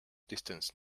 distance